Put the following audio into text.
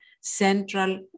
central